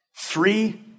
Three